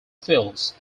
fills